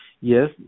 yes